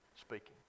speaking